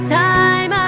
time